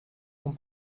son